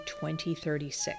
2036